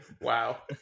wow